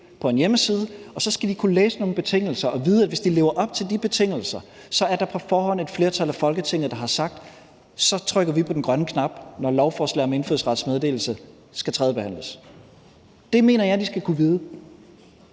på en hjemmeside, og så skal de kunne læse nogle betingelser og vide, at hvis de lever op til de betingelser, er der på forhånd et flertal af Folketinget, der har sagt, at så trykker de på den grønne knap, når lovforslaget om indfødsrets meddelelse skal tredjebehandles. Det mener jeg de skal kunne vide,